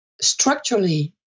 structurally